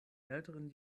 älteren